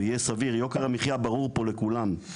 במחיר סביר, יוקר המחייה ברור פה לכולם.